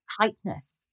tightness